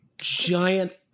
giant